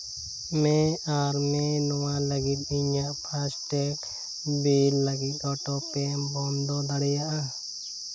ᱢᱮ ᱟᱨ ᱢᱮ ᱱᱚᱣᱟ ᱞᱟᱹᱜᱤᱫ ᱤᱧᱟᱹᱜ ᱯᱷᱟᱥᱴ ᱴᱮᱜᱽ ᱵᱤᱞ ᱞᱟᱹᱜᱤᱫ ᱚᱴᱳ ᱯᱮᱢ ᱵᱚᱱᱫᱚ ᱫᱟᱲᱮᱭᱟᱜᱼᱟ